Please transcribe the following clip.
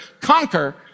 conquer